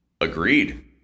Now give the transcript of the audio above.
Agreed